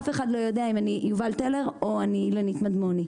אף אחד לא יודע אם אני יובל טלר או אילנית מדמוני.